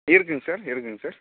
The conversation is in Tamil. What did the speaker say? இருக்குங்க சார் இருக்குங்க சார்